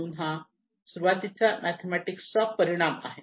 म्हणून हा सुरुवातीचा मॅथेमॅटिकचा परिणाम आहे